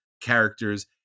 characters